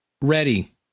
Ready